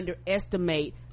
underestimate